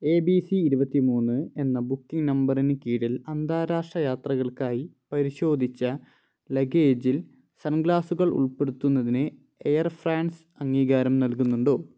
A B C ഇരുപത്തി മൂന്ന് എന്ന ബുക്കിംഗ് നമ്പറിന് കീഴിൽ അന്താരാഷ്ട്ര യാത്രകൾക്കായി പരിശോധിച്ച ലഗേജിൽ സൺഗ്ലാസുകൾ ഉൾപ്പെടുത്തുന്നതിന് എയർ ഫ്രാൻസ് അംഗീകാരം നൽകുന്നുണ്ടോ